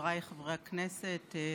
חבריי חברי הכנסת,